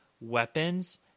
weapons